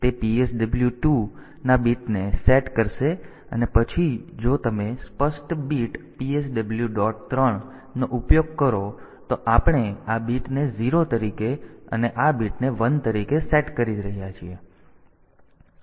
તેથી તે PSW 2 ના બીટને સેટ કરશે અને પછી જો તમે સ્પષ્ટ બીટ PSW ડોટ 3 નો ઉપયોગ કરો તો આપણે આ બીટને 0 તરીકે અને આ બીટને 1 તરીકે સેટ કરી રહ્યા છીએ